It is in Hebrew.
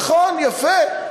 נכון, יפה.